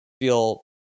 feel